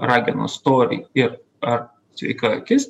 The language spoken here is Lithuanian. ragenos storį ir ar sveika akis